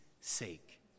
sake